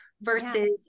versus